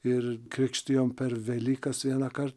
ir krikštijom per velykas vienąkart